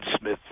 smith